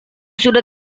sudah